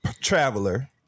traveler